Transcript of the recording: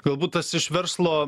galbūt tas iš verslo